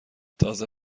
تازه